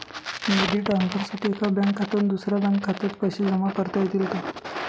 निधी ट्रान्सफरसाठी एका बँक खात्यातून दुसऱ्या बँक खात्यात पैसे जमा करता येतील का?